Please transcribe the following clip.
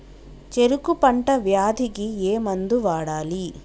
చెరుకు పంట వ్యాధి కి ఏ మందు వాడాలి?